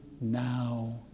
now